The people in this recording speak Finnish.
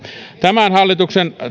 tämän hallituksen